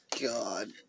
God